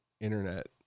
internet